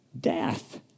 death